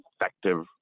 effective